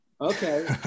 Okay